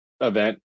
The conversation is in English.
event